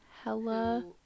Hella